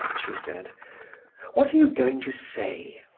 she said what are you going to say?